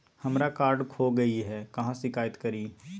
हमरा कार्ड खो गई है, कहाँ शिकायत करी?